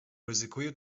ryzykuję